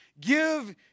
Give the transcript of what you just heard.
Give